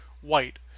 white